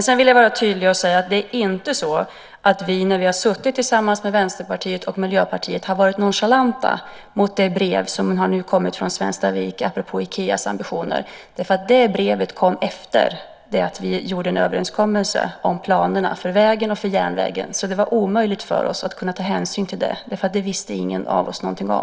Sedan vill jag vara tydlig och säga att det inte är så att vi, när vi har suttit tillsammans med Vänsterpartiet och Miljöpartiet, har varit nonchalanta mot det brev som har inkommit från Svenstavik apropå Ikeas ambitioner, därför att det brevet kom efter det att vi gjorde en överenskommelse om planerna för vägen och för järnvägen, så det var omöjligt för oss att kunna ta hänsyn till det, därför att det visste ingen av oss något om.